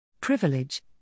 Privilege